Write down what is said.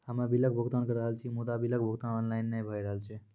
हम्मे बिलक भुगतान के रहल छी मुदा, बिलक भुगतान ऑनलाइन नै भऽ रहल छै?